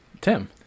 Tim